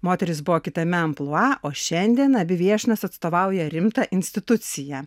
moterys buvo kitame amplua o šiandien abi viešnios atstovauja rimtą instituciją